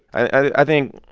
i think